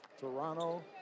Toronto